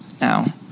Now